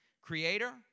Creator